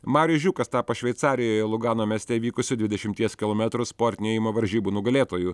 marius žiūkas tapo šveicarijoje lugano mieste vykusio dvidešimties kilometrų sportinio ėjimo varžybų nugalėtoju